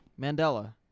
Mandela